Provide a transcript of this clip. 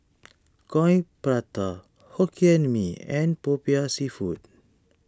Coin Prata Hokkien Mee and Popiah Seafood